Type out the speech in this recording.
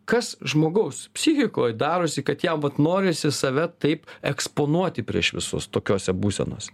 kas žmogaus psichikoj darosi kad jam vat norisi save taip eksponuoti prieš visus tokiose būsenose